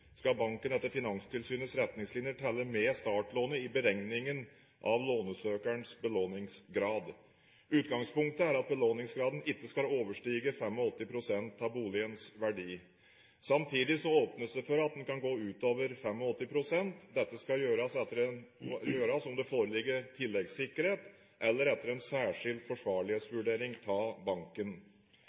beregningen av lånsøkerens belåningsgrad. Utgangspunktet er at belåningsgraden ikke skal overstige 85 pst. av boligens verdi. Samtidig åpnes det for at en kan gå utover 85 pst. Dette kan gjøres om det foreligger tilleggssikkerhet, eller etter en særskilt forsvarlighetsvurdering av banken.